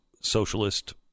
socialist